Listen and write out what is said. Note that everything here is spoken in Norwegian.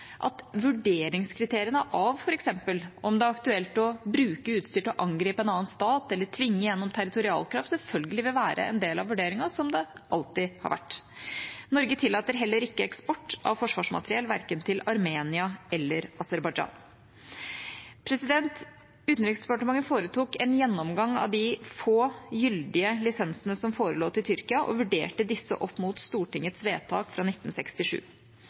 at vurderingskriteriene av f.eks. om det er aktuelt å bruke utstyr til å angripe en annen stat eller tvinge gjennom territorialkrav, selvfølgelig vil være en del av vurderingen, som det alltid har vært. Norge tillater heller ikke eksport av forsvarsmateriell verken til Armenia eller til Aserbajdsjan. Utenriksdepartementet foretok en gjennomgang av de få gyldige lisensene som forelå til Tyrkia, og vurderte disse opp mot Stortingets vedtak fra 1967.